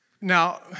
Now